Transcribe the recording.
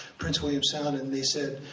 prince william sound, and they said,